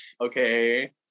Okay